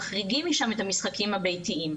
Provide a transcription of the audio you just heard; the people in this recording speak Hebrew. מחריגים משם את המשחקים הביתיים.